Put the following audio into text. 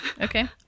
okay